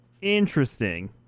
Interesting